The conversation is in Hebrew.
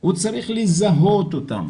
הוא צריך לזהות אותם